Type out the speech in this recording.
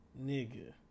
nigga